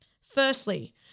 Firstly